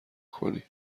کنی